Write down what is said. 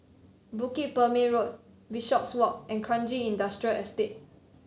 Bukit Purmei Road Bishopswalk and Kranji Industrial Estate